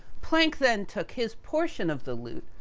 planck, then, took his portion of the loot,